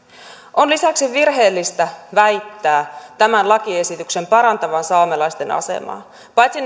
on lisäksi virheellistä väittää tämän lakiesityksen parantavan saamelaisten asemaa paitsi